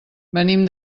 venim